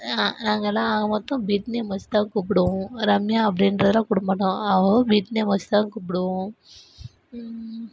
நாங்கெல்லாம் ஆக மொத்தம் பிட் நேம் வச்சு தான் கூப்பிடுவோம் ரம்யா அப்படின்றெல்லாம் கூப்பிட மாட்டோம் அவள் அவள் பிட் நேம் வச்சு தான் கூப்பிடுவோம்